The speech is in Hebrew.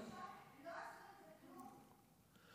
נכון לעכשיו לא עשו כלום,